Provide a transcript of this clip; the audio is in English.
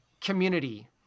community